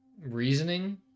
Reasoning